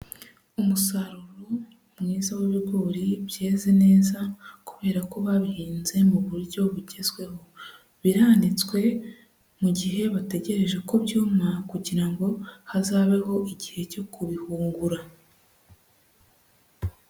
Umusaruro mwiza w'ibigori byeze neza kubera ko babihinze mu buryo bugezweho, biranitswe mu gihe bategereje ko byuma kugira ngo hazabeho igihe cyo kubihungura.